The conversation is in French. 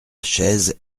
chaise